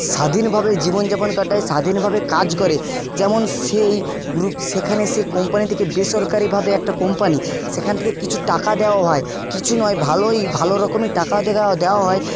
স্বাধীনভাবে জীবনযাপন কাটায় স্বাধীনভাবে কাজ করে যেমন সেই গ্রুপ সেখানে সে কোম্পানি থেকে বেসরকারিভাবে একটা কোম্পানি সেখান থেকে কিছু টাকা দেওয়া হয় কিছু নয় ভালোই ভালো রকমের টাকা দেওয়া হয়